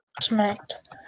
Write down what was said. smacked